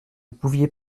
pouviez